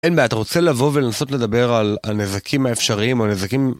אין בעיה, את רוצה לבוא ולנסות לדבר על נזקים האפשריים או נזקים...